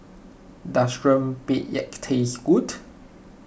does Rempeyek taste good